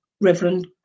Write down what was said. Reverend